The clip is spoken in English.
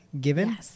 given